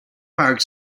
park